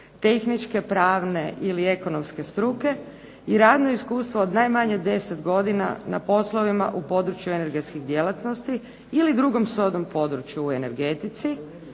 tehničke pravne ili ekonomske struke, i radno iskustvo od najmanje 10 godina na poslovima energetskih djelatnosti ili drugom srodnom području u energetici,